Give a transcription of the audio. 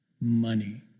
money